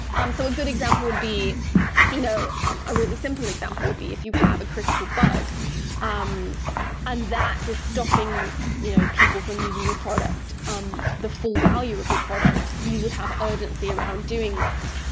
um so a good example would be you know um a really simple example would be if you have a critical bug um and that is stopping you know people from using your product, um the full value of your product, you would have urgency around doing that.